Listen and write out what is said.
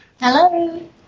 hello